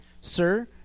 Sir